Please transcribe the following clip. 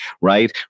right